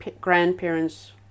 grandparents